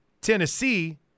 Tennessee